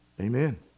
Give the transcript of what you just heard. Amen